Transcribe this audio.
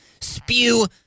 Spew